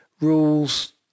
rules